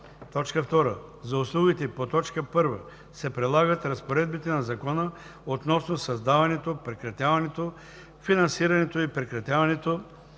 „а“; 2. за услугите по т. 1 се прилагат разпоредбите на Закона относно създаването, прекратяването, финансирането и прекратяването